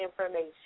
information